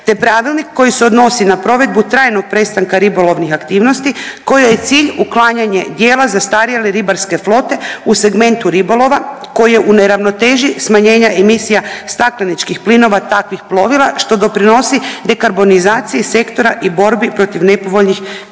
te pravilnik koji se odnosi na provedbu trajnog prestanka ribolovnih aktivnosti kojoj je cilj uklanjanje dijela zastarjele ribarske flote u segmentu ribolova koji je u neravnoteži smanjenja emisija stakleničkih plinova takvih plovila što doprinosi dekarbonizaciji sektora i borbi protiv nepovoljnih